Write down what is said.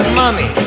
mummy